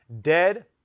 Dead